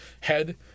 head